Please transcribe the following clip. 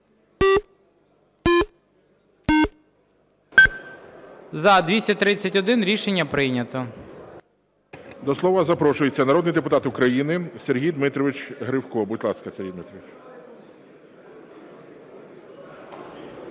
12:43:10 ГОЛОВУЮЧИЙ. До слова запрошується народний депутат України Сергій Дмитрович Гривко. Будь ласка, Сергій Дмитрович.